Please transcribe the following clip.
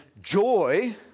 joy